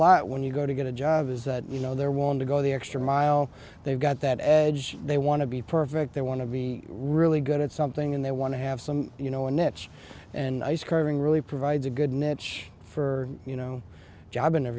lot when you go to get a job is that you know they're want to go the extra mile they've got that edge they want to be perfect they want to be really good at something and they want to have some you know a niche and nice curving really provides a good niche for you know job